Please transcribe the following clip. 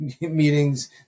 meetings